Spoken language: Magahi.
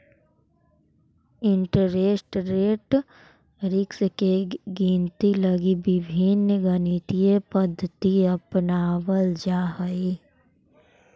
इंटरेस्ट रेट रिस्क के गिनती लगी विभिन्न गणितीय पद्धति अपनावल जा हई